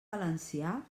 valencià